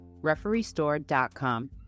RefereeStore.com